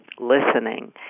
listening